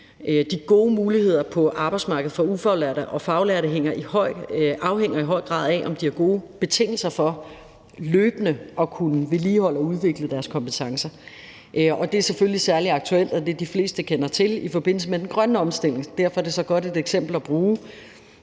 De gode muligheder på arbejdsmarkedet for ufaglærte og faglærte afhænger i høj grad af, om de har gode betingelser for løbende at kunne vedligeholde og udvikle deres kompetencer. Det er selvfølgelig særlig aktuelt – og det, de fleste kender til – i forbindelse med den grønne omstilling, og derfor er det så godt et eksempel at bruge,